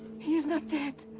he is not dead!